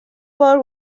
بار